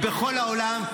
בכל העולם,